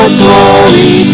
glory